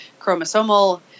chromosomal